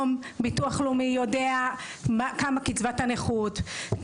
הביטוח הלאומי יודע כמה קצבת הנכות,